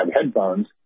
headphones